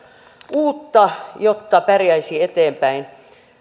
uutta jotta pärjäisi eteenpäin